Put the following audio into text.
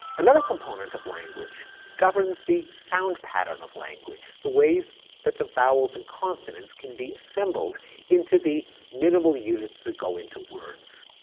another component of language governs the sound pattern of language, the ways that the vowels and consonants can be assembled into the minimal units that go into words.